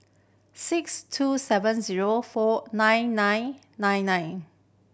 six two seven zero four nine nine nine nine